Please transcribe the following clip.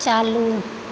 चालू